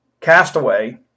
Castaway